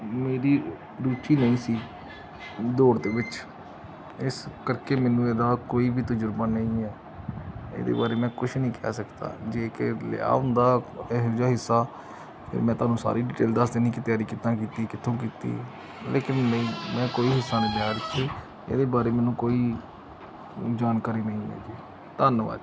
ਮੇਰੀ ਰੁਚੀ ਨਹੀਂ ਸੀ ਦੌੜ ਦੇ ਵਿੱਚ ਇਸ ਕਰਕੇ ਮੈਨੂੰ ਇਹਦਾ ਕੋਈ ਵੀ ਤਜ਼ਰਬਾ ਨਹੀਂ ਹੈ ਇਹਦੇ ਬਾਰੇ ਮੈਂ ਕੁਛ ਨਹੀਂ ਕਹਿ ਸਕਦਾ ਜੇ ਕਿ ਲਿਆ ਹੁੰਦਾ ਇਹੋ ਜਿਹਾ ਹਿੱਸਾ ਫਿਰ ਮੈਂ ਤੁਹਾਨੂੰ ਸਾਰੀ ਡਿਟੇਲ ਦੱਸ ਦੇਣੀ ਕਿ ਤਿਆਰੀ ਕਿੱਦਾਂ ਕੀਤੀ ਕਿੱਥੋਂ ਕੀਤੀ ਲੇਕਿਨ ਨਹੀਂ ਮੈਂ ਕੋਈ ਹਿੱਸਾ ਨਹੀਂ ਲਿਆ ਇਹਦੇ 'ਚ ਇਹਦੇ ਬਾਰੇ ਮੈਨੂੰ ਕੋਈ ਜਾਣਕਾਰੀ ਨਹੀਂ ਹੈ ਜੀ ਧੰਨਵਾਦ ਜੀ